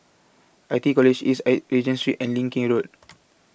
I T E College East An Regent Street and Leng Kee Road